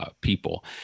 people